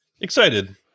excited